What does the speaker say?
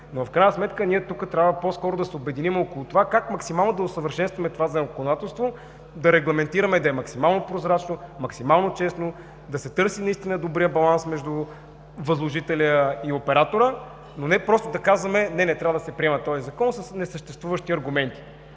но в крайна сметка ние тук трябва по-скоро да се обединим около това как максимално да усъвършенстваме това законодателство, да регламентираме да е максимално прозрачно, максимално честно, да се търси добрият баланс между възложителя и оператора, но не просто да казваме – не, не трябва да се приема този Закон с несъществуващи аргументи.